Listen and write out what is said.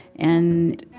and,